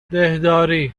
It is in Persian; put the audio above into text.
دهداری